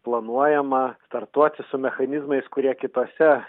planuojama startuoti su mechanizmais kurie kitose